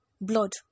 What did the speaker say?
Blood